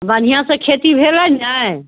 बढ़िआँसँ खेती भेलै ने